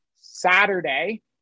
Saturday